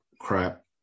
crap